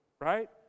right